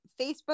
Facebook